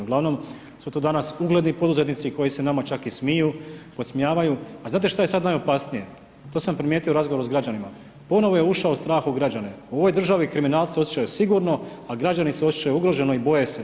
Ugl. su to danas ugledni poduzetnici, koji se nama čak i smiju, podsmijavaju, a znate što je sada najopasnije, to sam primijetio u razgovoru s građanima, ponovno je ušao strah u građane, u ovoj državi kriminalci se osjećaju sigurno a građani se osjećaju ugroženo i boje se.